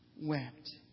wept